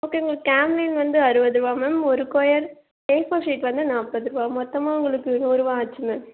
okay உங்களுக்கு கேம்லின் வந்து அறுவதுரூவா மேம் ஒரு கொயர் ஏஃபோர் ஷீட் வந்து நாப்பதுரூவா மொத்தமாக உங்களுக்கு நூறுவாய் ஆச்சு மேம்